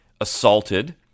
assaulted